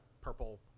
purple